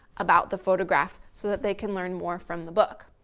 about the photograph, so that they can learn more from the book.